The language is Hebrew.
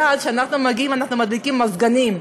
כשאנחנו מגיעים לאילת אנחנו מדליקים מזגנים.